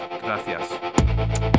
Gracias